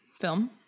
Film